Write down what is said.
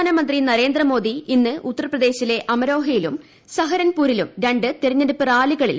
പ്രധാനമന്ത്രി നരേന്ദ്രമോദി ഇന്ന് ഉത്തർപ്രദേശിലെ അമരോഹയിലും സഹരൻപൂരിലും രണ്ട് തെരഞ്ഞെടുപ്പ് റാലികളിൽ പങ്കെടുക്കും